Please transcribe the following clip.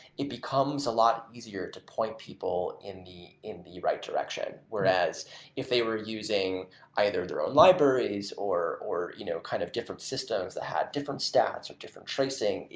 it becomes a lot easier to point people in the in the right direction. whereas if they were using either their own libraries, or or you know kind of different systems that had different stats, or different tracing,